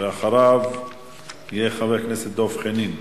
ואחריו יהיה חבר הכנסת דב חנין.